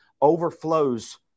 overflows